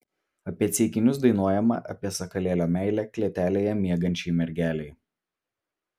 apie ceikinius dainuojama apie sakalėlio meilę klėtelėje miegančiai mergelei